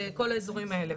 כל האזורים האלה,